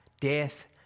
death